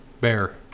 Bear